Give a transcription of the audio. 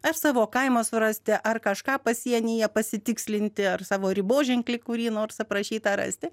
ar savo kaimą surasti ar kažką pasienyje pasitikslinti ar savo riboženklį kurį nors aprašytą rasti